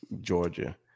Georgia